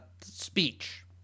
speech